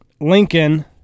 Lincoln